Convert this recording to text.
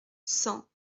cent